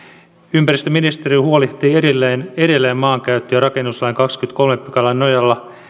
ympäristöministeriö huolehtii edelleen edelleen maankäyttö ja rakennuslain kahdennenkymmenennenkolmannen pykälän nojalla